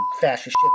fascist